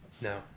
No